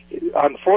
Unfortunately